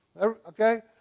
Okay